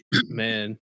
Man